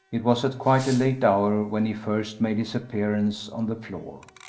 it was at quite a late hour when he first made his appearance on the floor.